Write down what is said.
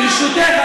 ברשותך,